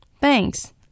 Thanks